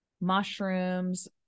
mushrooms